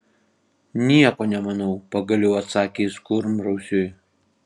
nieko nemanau pagaliau atsakė jis kurmrausiui